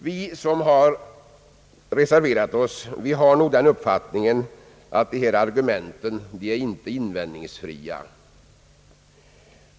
Vi reservanter har den uppfattningen att dessa argument inte är invändningsfria.